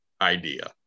idea